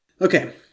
Okay